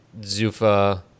Zufa